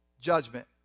judgment